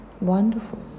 Wonderful